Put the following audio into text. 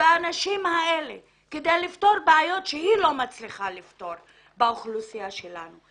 באנשים האלה כדי לפתור בעיות שהיא לא מצליחה לפתור באוכלוסייה שלנו.